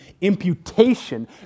imputation